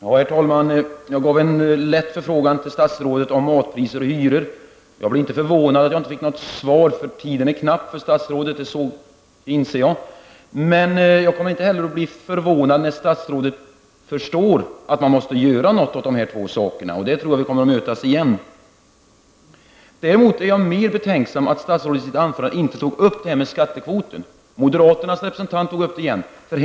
Herr talman! Jag ställde en lätt förfrågan till statsrådet om matpriser och hyror. Jag blev inte förvånad över att jag inte fick något svar, för tiden är knapp, det inser jag. Men jag kommer inte heller att bli förvånad när statsrådet kommer att säga att han förstår att man måste göra någonting åt dessa två saker. Därvidlag kommer vi säkert att mötas igen. Däremot är jag mer betänksam att statsrådet i sitt anförande inte tog upp detta med skattekvoten. Moderaternas representant tog upp frågan igen.